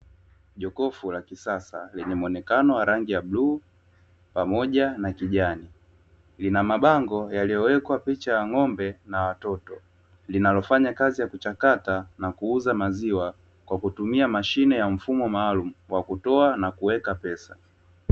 Jokofu la kisasa, lenye muonekano wa rangi ya bluu pamoja na kijani, lina mabango yaliyowekwa picha ya ng’ombe na mtoto, linalofanya kazi ya kuchakata na kuuza maziwa kwa kutumia mashine ya mfumo maalumu wa kutoa na kuweka pesa.